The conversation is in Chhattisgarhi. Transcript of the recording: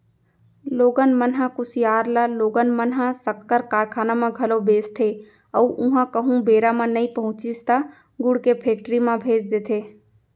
लोगन मन ह कुसियार ल लोगन मन ह सक्कर कारखाना म घलौ भेजथे अउ उहॉं कहूँ बेरा म नइ पहुँचिस त गुड़ के फेक्टरी म भेज देथे